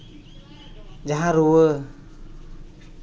ᱡᱟᱦᱟᱸ ᱨᱩᱣᱟᱹ